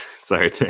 Sorry